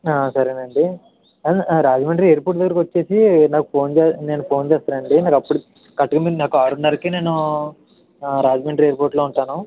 సరే అండి ఆ రాజమండ్రి ఎయిర్పోర్ట్ దగ్గరకి వచ్చి నాకు ఫోన్ నేను ఫోన్ చేస్తాను అండి మీరు అప్పుడు కరెక్ట్ మీరు నాకు ఆరున్నరకు రాజమండ్రి ఎయిర్పోర్ట్లో ఉంటాను అండి